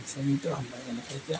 ᱥᱮ ᱱᱤᱛᱳᱜ ᱦᱚᱸ ᱵᱟᱭ ᱮᱢᱚᱜ ᱜᱮᱭᱟ